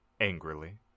angrily